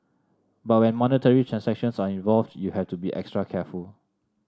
but when monetary transactions are involved you have to be extra careful